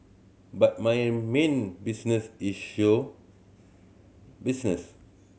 but my main business is show business